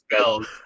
spells